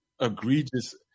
egregious